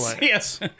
Yes